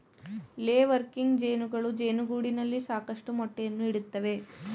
ಲೇ ವರ್ಕಿಂಗ್ ಜೇನುಗಳು ಜೇನುಗೂಡಿನಲ್ಲಿ ಸಾಕಷ್ಟು ಮೊಟ್ಟೆಯನ್ನು ಇಡುತ್ತವೆ